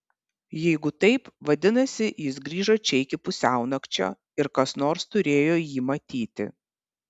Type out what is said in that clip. jeigu taip vadinasi jis grįžo čia iki pusiaunakčio ir kas nors turėjo jį matyti